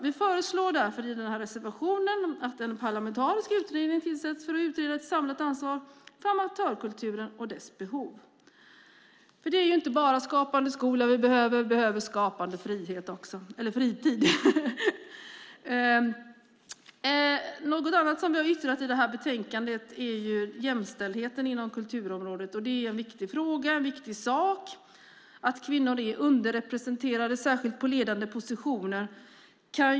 Vi föreslår därför i reservationen att en parlamentarisk utredning tillsätts för att utreda ett samlat ansvar för amatörkulturen och dess behov. Men det är inte bara en skapande skola vi behöver. Vi behöver också en skapande fritid. Ytterligare en sak som vi tagit upp i betänkandet är jämställdheten inom kulturområdet. Det är en viktig fråga, en viktig sak, att kvinnor är underrepresenterade, särskilt på ledande positioner.